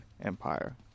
empire